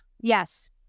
Yes